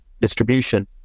distribution